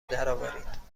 درآورید